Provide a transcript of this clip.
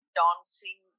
dancing